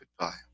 goodbye